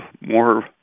more